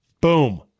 Boom